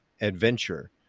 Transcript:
adventure